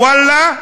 "וואלה".